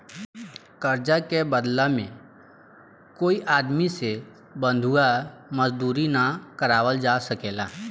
कर्जा के बदला में कोई आदमी से बंधुआ मजदूरी ना करावल जा सकेला